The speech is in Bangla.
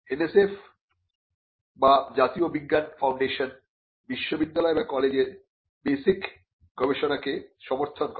NSF বা জাতীয় বিজ্ঞান ফাউন্ডেশন বিশ্ববিদ্যালয় বা কলেজের বেসিক গবেষণাকে সমর্থন করে